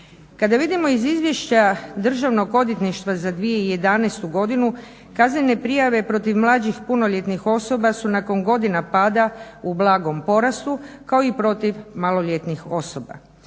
Kada vidimo iz Izvješća Državnog odvjetništva za 2011. godinu kaznene prijave protiv mlađih punoljetnih osoba su nakon godina pada u blagom porastu kao i protiv maloljetnih osoba.